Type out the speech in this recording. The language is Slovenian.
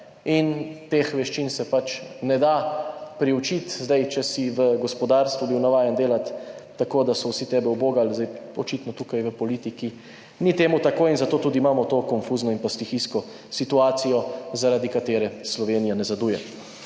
in teh veščin se pač ne da priučiti. Če si v gospodarstvu bil navajen delati tako, da so vsi tebe ubogali, zdaj očitno tukaj v politiki temu ni tako in zato tudi imamo to konfuzno in pa stihijsko situacijo, zaradi katere Slovenija nazaduje.